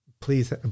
please